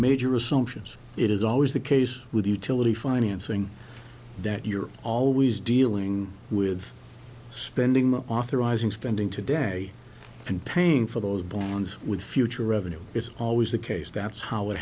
major assumptions it is always the case with utility financing that you're always dealing with spending that authorizing spending today and paying for those boards with future revenue is always the case that's how it